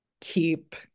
keep